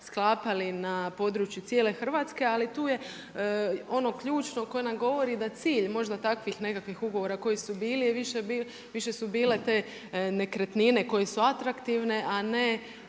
na području cijele Hrvatske. Ali tu je ključno koje nam govori da cilj, možda takvih nekakvih ugovora, više su bile te nekretnine koje su atraktivne a ne